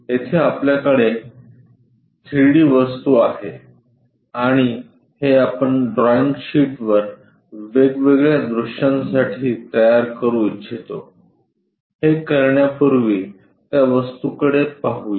येथे आपल्याकडे 3 डी वस्तू आहे आणि हे आपण ड्रॉईंग शीटवर वेगवेगळ्या दृश्यांसाठी तयार करू इच्छितो हे करण्यापूर्वी त्या वस्तूकडे पाहूया